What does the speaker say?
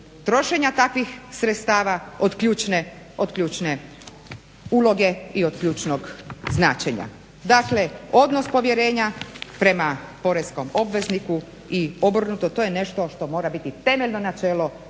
trošenja takvih sredstava od ključne uloge i od ključnog značenja. Dakle, odnos povjerenja prema poreskom obvezniku i obrnuto, to je nešto što mora biti temeljno načelo